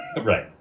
right